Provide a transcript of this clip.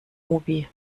obi